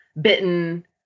bitten